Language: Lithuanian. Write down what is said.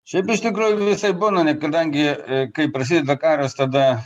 šiaip iš tikrųjų visai būna net kadangi kai prasideda karas tada